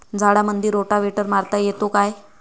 झाडामंदी रोटावेटर मारता येतो काय?